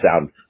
sound